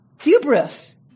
Hubris